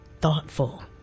Thoughtful